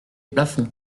plafond